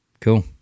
Cool